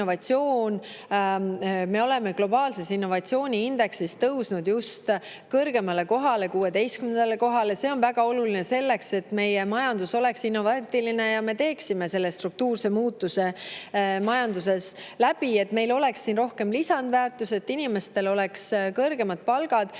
Me oleme globaalses innovatsiooni[pingereas] tõusnud kõrgemale kohale, 16. kohale. See on väga oluline selleks, et meie majandus oleks innovaatiline ja me teeksime selle struktuurse muutuse majanduses läbi, et meil oleks rohkem lisandväärtust, et inimestel oleks kõrgemad palgad.